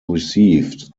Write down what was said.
received